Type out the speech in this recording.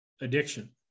addiction